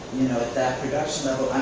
you know, at that production level,